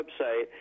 website